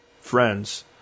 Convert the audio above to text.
friends